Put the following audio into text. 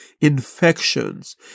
infections